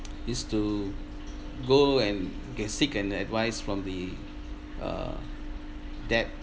is to go and get seek an advice from the uh debt